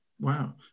wow